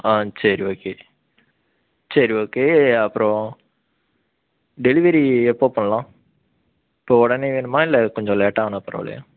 ஆ சரி ஓகே சரி ஓகே அப்பறம் டெலிவரி எப்போது பண்ணலாம் இப்போ உடனே வேணுமா இல்லை கொஞ்சம் லேட்டானா பரவாயில்லையா